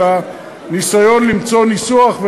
אלא ניסיון למצוא ניסוח.